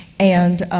and